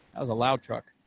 a loud truck.